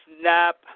Snap